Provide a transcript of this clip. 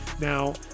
Now